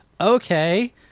okay